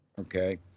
Okay